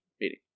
meeting